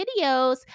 videos